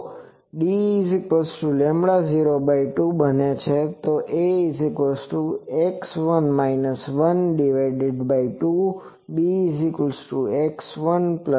જો d02 બને છે તો ax1 12 bx112 બને છે